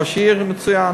ראש עיר מצוין,